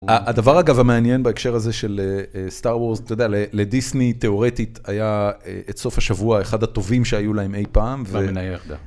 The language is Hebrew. הדבר אגב המעניין בהקשר הזה של סטאר וורס, לדיסני תיאורטית היה את סוף השבוע אחד הטובים שהיו להם אי פעם והמניה ירדה.